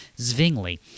Zwingli